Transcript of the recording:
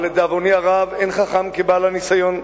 אבל לדאבוני הרב, אין חכם כבעל ניסיון.